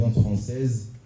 française